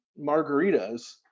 margaritas